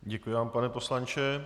Děkuji vám, pane poslanče.